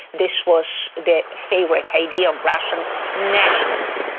this was the favourite idea of russian nationalists.